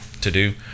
to-do